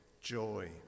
joy